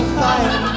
fire